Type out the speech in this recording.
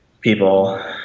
people